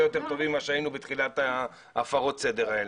יותר טובים מאשר לפני הפרות הסדר הללו.